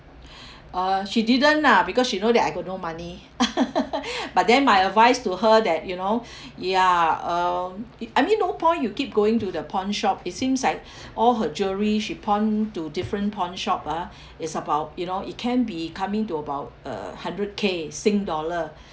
uh she didn't ah because she know that I got no money but then my advice to her that you know ya um i~ I mean no point you keep going to the pawnshop it seems like all her jewellery she pawn to different pawnshop ah it's about you know it can be coming to about uh hundred K sing dollar